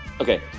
Okay